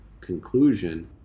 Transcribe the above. conclusion